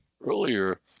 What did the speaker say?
earlier